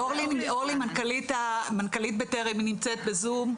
אורלי מנכ"לית בטרם נמצא בזום,